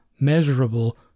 measurable